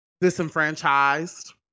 disenfranchised